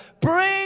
Bring